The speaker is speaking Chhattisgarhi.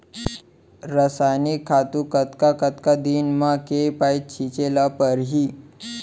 रसायनिक खातू कतका कतका दिन म, के पइत छिंचे ल परहि?